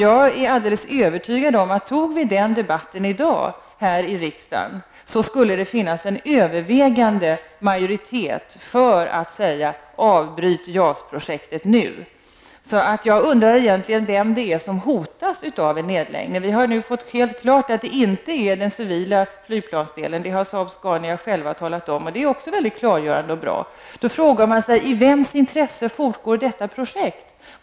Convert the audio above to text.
Jag är helt övertygad om att det, om vi tog denna debatt i dag här riksdagen, skulle finnas en överväldigande majoritet för att avbryta JAS projektet nu. Jag undrar egentligen vem som hotas av en nedläggning. Vi har nu fått helt klart att det inte är den civila flygplansdelen. Det har Saab Scania självt talat om, vilket också är väldigt klargörande och bra. Då frågar jag: I vems intresse fortgår detta projekt?